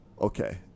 okay